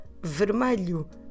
vermelho